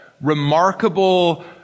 remarkable